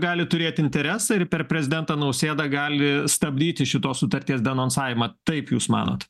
gali turėt interesą ir per prezidentą nausėdą gali stabdyti šitos sutarties denonsavimą taip jūs manot